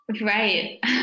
Right